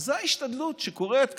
אז זו ההשתדלות שקורית כאן.